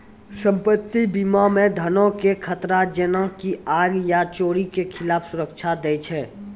सम्पति बीमा मे धनो के खतरा जेना की आग या चोरी के खिलाफ सुरक्षा दै छै